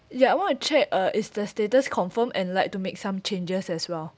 ya I want to check uh is the status confirm and like to make some changes as well